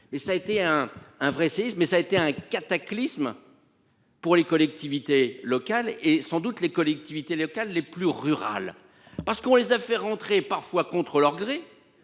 et ça a été un, un vrai séisme mais ça a été un cataclysme. Pour les collectivités locales, et sans doute les collectivités locales les plus rurales, parce qu'on les a fait rentrer parfois contre leur gré.